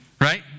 Right